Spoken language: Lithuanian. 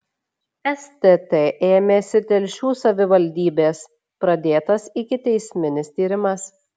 stt ėmėsi telšių savivaldybės pradėtas ikiteisminis tyrimas